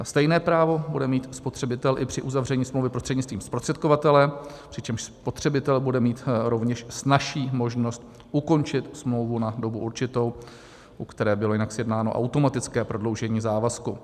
Stejné právo bude mít spotřebitel i při uzavření smlouvy prostřednictvím zprostředkovatele, přičemž spotřebitel bude mít rovněž snazší možnost ukončit smlouvu na dobu určitou, u které bylo jinak sjednáno automatické prodloužení závazku.